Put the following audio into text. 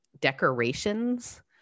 decorations